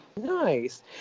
Nice